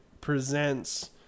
presents